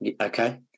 Okay